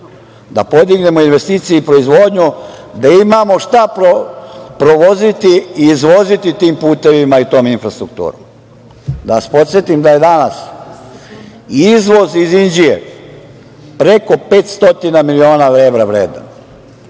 da podignemo investicije i proizvodnju, da imamo šta provoziti i izvoziti tim putevima i tom infrastrukturom. Da vas podsetim da je danas izvoz iz Inđije preko 500 miliona evra vredan.